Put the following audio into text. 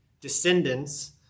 descendants